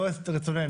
לא את רצוננו.